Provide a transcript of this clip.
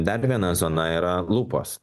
dar viena zona yra lūpos